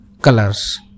colors